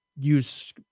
use